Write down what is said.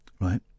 right